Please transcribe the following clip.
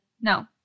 no